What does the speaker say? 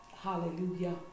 hallelujah